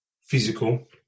physical